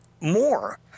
more